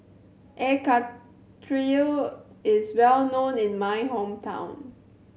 Air Karthira is well known in my hometown